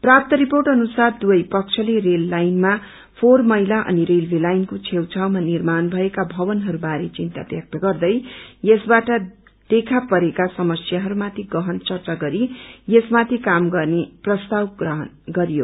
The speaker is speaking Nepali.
प्राप्त रिर्पोट अनुसार दुवै पक्षले रेल लाइनमा फोहोर मैला अनि रेलवे लाइनको छेउ छाउमा निर्माण भएका भवनहरूबारे चिन्ता ब्यक्त गर्दै यसबाट देखा परेका समस्याहरूमाथि गहन चर्चा गरि यस माथि काम गर्ने प्रस्ताव ग्रहन गरियो